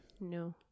No